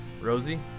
Rosie